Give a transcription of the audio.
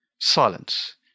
silence